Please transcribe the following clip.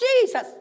Jesus